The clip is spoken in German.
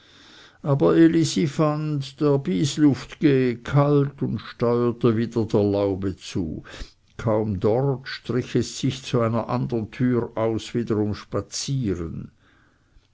aber elisi fand der bysluft gehe kalt und steuerte wieder der laube zu kaum dort strich es sich zu einer andern türe aus wiederum spazieren